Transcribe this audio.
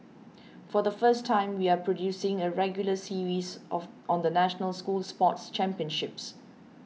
for the first time we are producing a regular series of on the national school sports championships